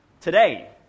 today